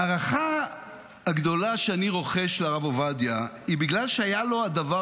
ההערכה הגדולה שאני רוחש לרב עובדיה היא בגלל שהיה לו הדבר